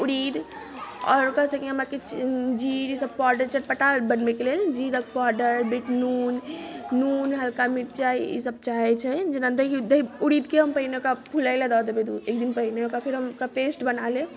ऊरीद आओर ओकरा सङ्गे हमरा किछु जीर ई सब पाउडर चटपटा बनबैके लेल जीर आओर पाउडर नून नून हल्का मिर्चाइ ई सब चाहैत छै जेना दही उरीदके फुलैला दए देबै एक दिन पहिने ओकरा फेर हम ओकरा पेस्ट बना लेब